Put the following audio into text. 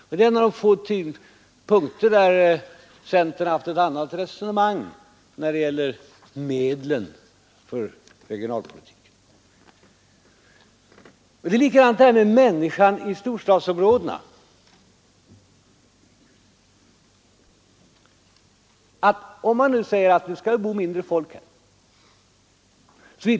Detta är en av de få punkter, där centerpartiet haft en annan inställning än vi beträffande medlen för regionalpolitiken. När det gäller människan i storstadsområdena är det likadant. Man kanske bestämmer att det skall bo mindre folk i en storstadsregion.